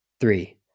three